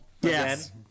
Yes